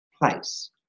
place